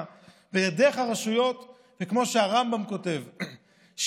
דרך הרשויות זה כמו שהרמב"ם כותב,